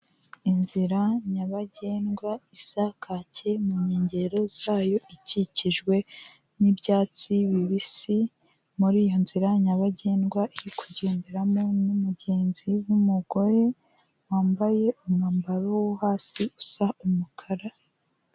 Inzira nyabagendwa isa kake mu nkengero zayo ikikijwe n'ibyatsi bibisi, muri iyo nzira nyabagendwa iri kugenderamo n'umugenzi w'umugore wambaye umwambaro wo hasi usa umukara.